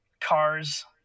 cars